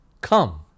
come